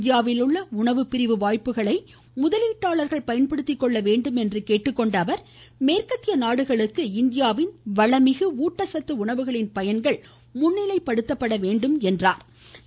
இந்தியாவில் உள்ள உணவு பிரிவு வாய்ப்புகளை முதலீட்டாளர்கள் பயன்படுத்திக்கொள்ள வேண்டும் என்று அழைப்பு விடுத்த அவர் மேற்கத்திய நாடுகளுக்கு இந்தியாவின் வளமிகு ஊட்டச்சத்து உணவுகளின் பயன்கள் முன்னிலைப்படுத்தப்பட வேண்டும் என்றும் அறிவுறுத்தினார்